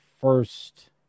first